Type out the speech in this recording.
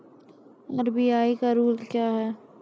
RBI का rule क्या हैं?